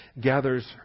gathers